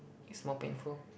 is more painful